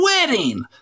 wedding